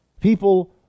people